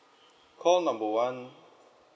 call number one